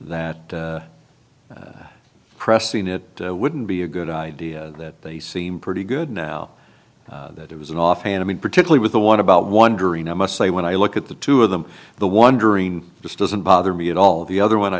that that pressing it wouldn't be a good idea that they seem pretty good now that it was an offhand i mean particularly with the want to be out wondering i must say when i look at the two of them the wondering just doesn't bother me at all the other one i